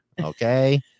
Okay